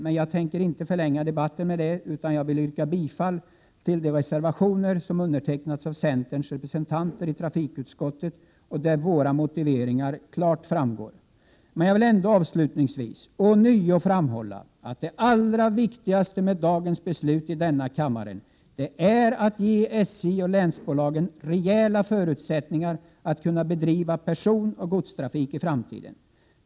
Men jag tänker inte förlänga debatten genom att ta upp alla dessa, utan jag yrkar endast bifall till de reservationer som har undertecknats av centerns representanter i trafikutskottet. I dessa redovisas våra motiveringar klart. Avslutningsvis vill jag ånyo framhålla att det allra viktigaste med dagens beslut i denna kammare är att ge SJ och länsbolagen rejäla förutsättningar när det gäller att bedriva personoch godstrafik i framtiden.